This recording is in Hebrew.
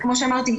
כמו שאמרתי,